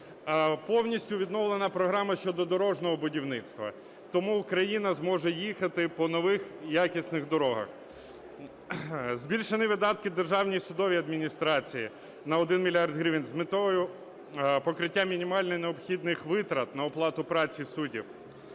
Повністю відновлена програма щодо дорожнього будівництва, тому Україна зможе їхати по нових якісних дорогах. Збільшені видатки державні в судовій адміністрації на 1 мільярд гривень з метою покриття мінімально необхідних витрат на оплату праці суддів.